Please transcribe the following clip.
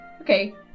okay